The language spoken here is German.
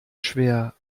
schwer